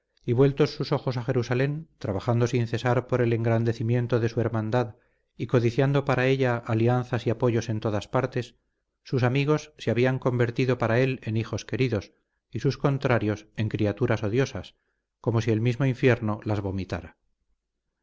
y vueltos sus ojos a jerusalén trabajando sin cesar por el engrandecimiento de su hermandad y codiciando para ella alianzas y apoyos en todas partes sus amigos se habían convertido para él en hijos queridos y sus contrarios en criaturas odiosas como si el mismo infierno las vomitara